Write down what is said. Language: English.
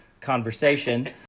conversation